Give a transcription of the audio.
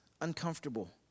uncomfortable